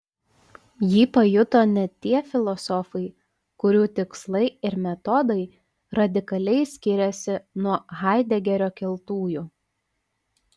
jį pajuto net tie filosofai kurių tikslai ir metodai radikaliai skiriasi nuo haidegerio keltųjų